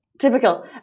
typical